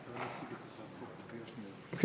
מיוחד ואי-התרת הוצאה לצורכי מס בשל תגמול חריג)